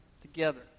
together